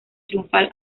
triunfal